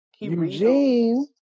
Eugene